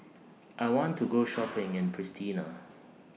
I want to Go Shopping in Pristina